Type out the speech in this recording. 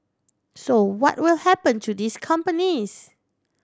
so what will happen to these companies